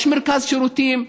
יש מרכז שירותים,